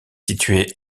située